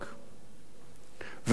ואף-על-פי שהוא לא מונה,